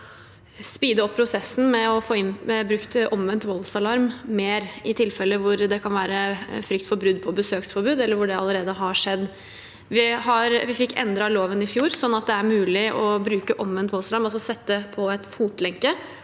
oss å speede opp prosessen for å få brukt omvendt voldsalarm mer, i tilfeller hvor det kan være frykt for brudd på besøksforbud, eller hvor det allerede har skjedd. Vi fikk endret loven i fjor, sånn at det er mulig å bruke omvendt voldsalarm – altså sette en fotlenke